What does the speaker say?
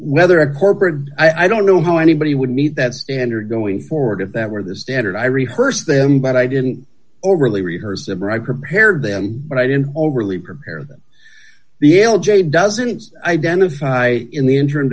whether a corporate i don't know how anybody would meet that standard going forward if that were the standard i rehearsed them but i didn't overly rehearse them or i prepared them but i didn't overly prepare them the l j doesn't identify in the interim